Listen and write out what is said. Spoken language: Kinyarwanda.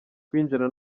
kwinjira